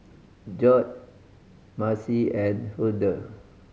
Gorge Marci and Hulda